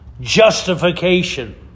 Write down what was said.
justification